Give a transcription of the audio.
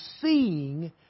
seeing